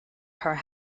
her